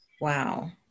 Wow